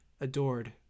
adored